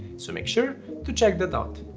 so make sure to check that out.